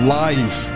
life